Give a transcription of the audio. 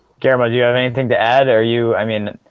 guillermo do you have anything to add are you i mean,